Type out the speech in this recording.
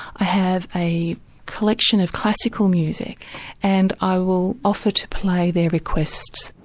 i have a collection of classical music and i will offer to play their requests.